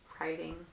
writing